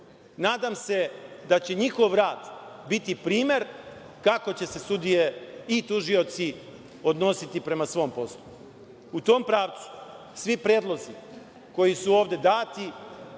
se da će njihov rad biti primer kako će se sudije i tužioci odnositi prema svom poslu. U tom pravcu svi predlozi koji su ovde dati,